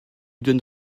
donne